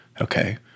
okay